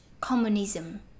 communism